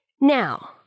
Now